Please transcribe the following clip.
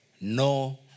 no